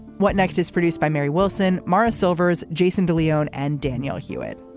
what next is produced by mary wilson, mara silvers, jason de leon and danielle hewitt.